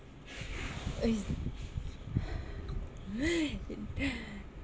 oh